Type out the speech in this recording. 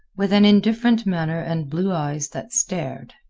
with an indifferent manner and blue eyes that stared.